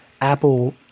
Apple